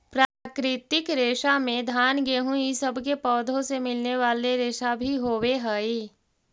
प्राकृतिक रेशा में घान गेहूँ इ सब के पौधों से मिलने वाले रेशा भी होवेऽ हई